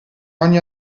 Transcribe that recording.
ogni